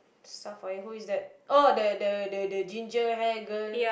star fire who is that oh the the the ginger hair girl